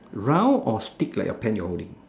round or stick like a pen you are holding